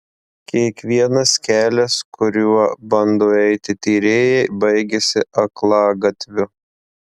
kiekvienas kelias kuriuo bando eiti tyrėjai baigiasi aklagatviu